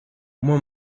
uma